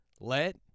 Let